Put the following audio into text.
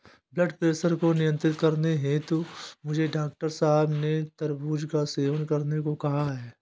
blood pressure को नियंत्रित करने हेतु मुझे डॉक्टर साहब ने तरबूज का सेवन करने को कहा है